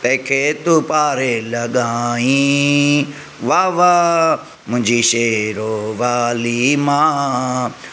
तंहिंखें तू पारे लॻाईं वाह वाह मुंहिंजी शेरो वाली माउ